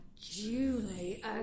Julie